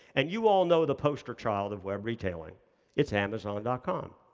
and you all know the poster child of web retailing it's amazon and com.